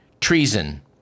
treason